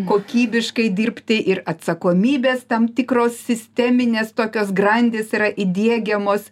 kokybiškai dirbti ir atsakomybės tam tikros sisteminės tokios grandys yra įdiegiamos